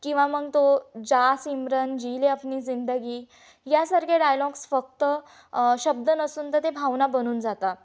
किंवा मग तो जा सिमरन जी ले अपनी जिंदगी यासारख्या डायलॉग्स फक्त शब्द नसून तर ते भावना बनून जातात